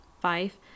Five